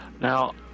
Now